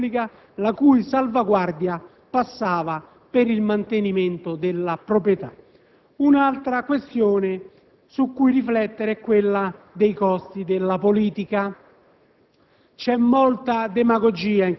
nell'ambito di una adeguata tutela pubblica, la cui salvaguardia passava per il mantenimento della proprietà. Un'altra questione, su cui riflettere, è quella dei costi della politica.